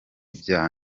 ibyaha